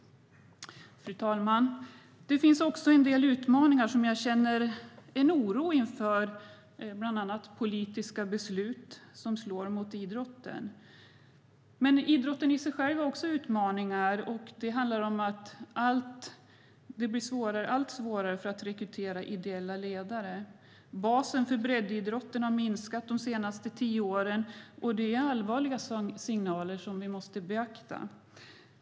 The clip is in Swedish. Fru talman! Det finns en del utmaningar som jag känner en oro inför, bland annat politiska beslut som slår mot idrotten. Men idrotten i sig har också utmaningar. Det blir allt svårare att rekrytera ideella ledare. Och basen för breddidrotten har minskat de senaste tio åren. Det är allvarliga signaler som vi måste beakta.